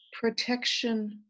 protection